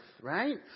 Right